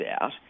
out